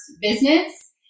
business